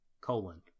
colon